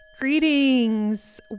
Greetings